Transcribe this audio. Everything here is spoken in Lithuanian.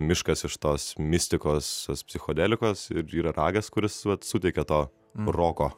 miškas iš tos mistikos psichodelikos ir yra ragas kuris vat suteikia to roko